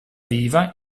viva